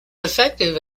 effective